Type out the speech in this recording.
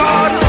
God